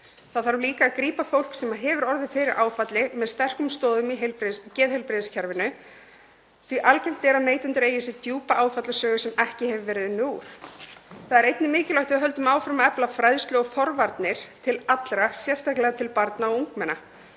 Það þarf líka að grípa fólk sem hefur orðið fyrir áfalli með sterkum stoðum í geðheilbrigðiskerfinu því algengt er að neytendur eigi sér djúpa áfallasögu sem ekki hefur verið unnið úr. Það er einnig mikilvægt að við höldum áfram að efla fræðslu og forvarnir allra, sérstaklega barna og ungmenna,